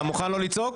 אתה מוכן לא לצעוק?